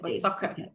soccer